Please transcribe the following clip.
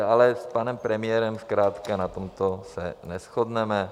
Ale s panem premiérem zkrátka na tomto se neshodneme.